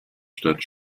stadt